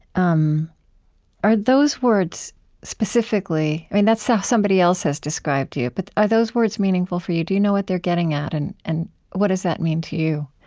um are those words specifically i mean, that's how somebody else has described you, but are those words meaningful for you? do you know what they're getting at? and and what does that mean to you?